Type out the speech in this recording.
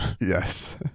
yes